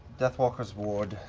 deathwalker's ward,